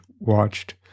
watched